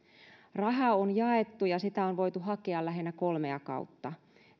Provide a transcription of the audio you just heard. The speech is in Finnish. rahaa on jaettu ja sitä on voinut hakea lähinnä kolmea kautta